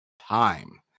Time